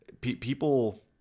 people